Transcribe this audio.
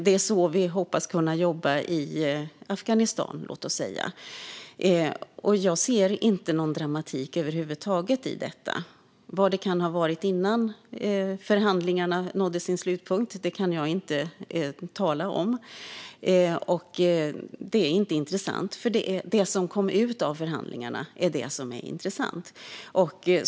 Det är så vi hoppas kunna jobba även i, låt säga, Afghanistan. Jag ser inte någon dramatik över huvud taget i detta. Vad det kan ha varit innan förhandlingarna nådde sin slutpunkt kan jag inte tala om. Det är inte intressant, för det är det som kom ut av förhandlingarna som är intressant.